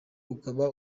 ukaba